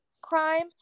crime